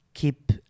Keep